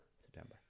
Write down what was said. September